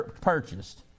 purchased